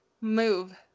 move